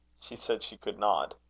she said she could not.